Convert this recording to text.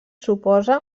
suposa